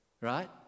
right